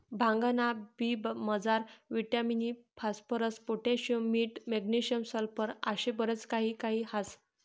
भांगना बी मजार विटामिन इ, फास्फरस, पोटॅशियम, मीठ, मॅग्नेशियम, सल्फर आशे बरच काही काही ह्रास